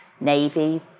navy